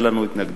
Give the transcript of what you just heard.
אין לנו התנגדות.